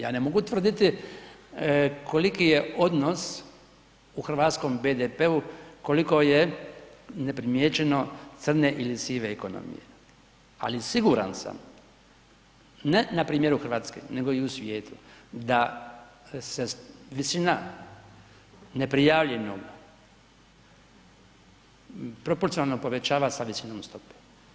Ja ne mogu tvrditi koliki je odnos u hrvatskom BDP-u, koliko je neprimijećeno crne ili sive ekonomije, ali siguran sam ne na primjeru Hrvatske nego i u svijetu da se visina neprijavljenog proporcionalno povećava sa visinom stope.